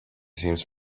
seems